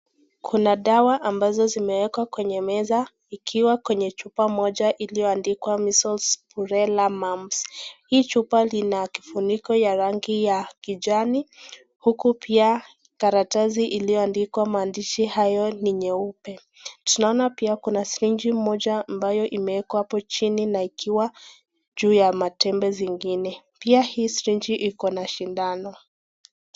Kuna dawa ambazo zimewekwa kwenye meza, ikiwa kwenye chupa moja iliyoandikwa Measales, Rubella na Mums. Hii chupa linakifuniko ya rangi ya kijani, huku pia karatasi iliyoandikwa maandishi hayo ni nyeupe. Tunaona pia kuna sirinji moja mbayo imewekwa hapo chini na ikiwa juu ya matembe zingine. Pia hii sirinji iko na sindano.